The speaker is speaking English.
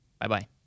Bye-bye